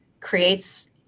creates